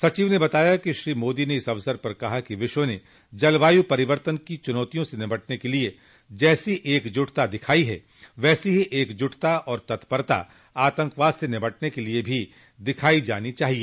सचिव ने बताया कि श्री मोदी ने इस अवसर पर कहा कि विश्व ने जलवायू परिवर्तन की चुनौतियों से निपटने के लिए जैसी एकजुटता दिखाई है वैसी ही एकजुटता और तत्परता आतंकवाद से निपटने के लिए भी दिखाई जानी चाहिए